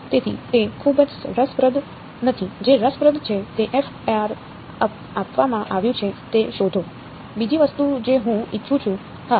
તેથી તે ખૂબ જ રસપ્રદ નથી જે રસપ્રદ છે તે f આપવામાં આવ્યું છે તે શોધો બીજી વસ્તુ જે હું ઇચ્છું છું હા